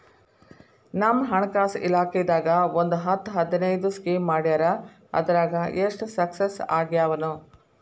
ನಮ್ ಹಣಕಾಸ್ ಇಲಾಖೆದಾಗ ಒಂದ್ ಹತ್ತ್ ಹದಿನೈದು ಸ್ಕೇಮ್ ಮಾಡ್ಯಾರ ಅದ್ರಾಗ ಎಷ್ಟ ಸಕ್ಸಸ್ ಆಗ್ಯಾವನೋ